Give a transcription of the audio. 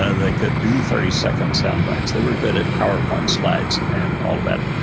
ah they could do thirty second sound bites they were good at powerpoint slides and all of that.